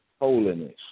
holiness